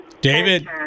David